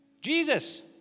Jesus